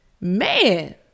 man